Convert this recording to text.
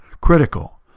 critical